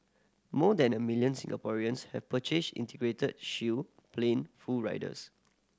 more than a million Singaporeans have purchased Integrated Shield Plan full riders